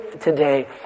today